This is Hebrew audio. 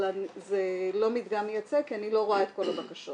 אבל זה לא מדגם מייצג כי אני לא רואה את כל הבקשות.